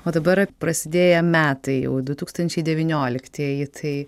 o dabar prasidėję metai jau du tūkstančiai devynioliktieji tai